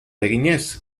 eginez